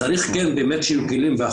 ועכשיו בכסרא צריך את האישור של משגב,